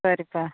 சரிப்பா